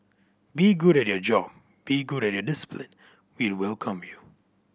be good at your job be good at your discipline we'd welcome you